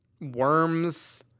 worms